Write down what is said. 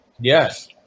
Yes